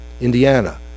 Indiana